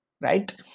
right